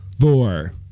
Four